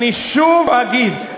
אני שוב אגיד,